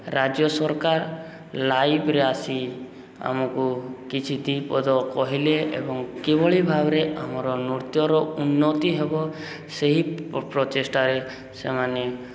ରାଜ୍ୟ ସରକାର ଲାଇଭ୍ରେ ଆସି ଆମକୁ କିଛି ଦୁଇପଦ କହିଲେ ଏବଂ କିଭଳି ଭାବରେ ଆମର ନୃତ୍ୟର ଉନ୍ନତି ହେବ ସେହି ପ୍ରଚେଷ୍ଟାରେ ସେମାନେ